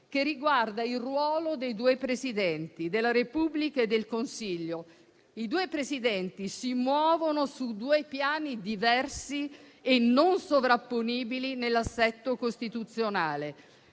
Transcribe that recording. che riguarda il ruolo dei due Presidenti della Repubblica e del Consiglio, che si muovono su due piani diversi e non sovrapponibili nell'assetto costituzionale.